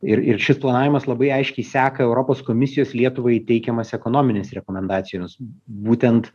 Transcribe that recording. ir ir šis planavimas labai aiškiai seka europos komisijos lietuvai teikiamas ekonomines rekomendacijas būtent